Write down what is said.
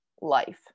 life